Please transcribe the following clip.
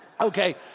Okay